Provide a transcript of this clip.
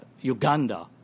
Uganda